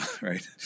right